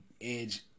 Edge